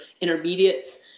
intermediates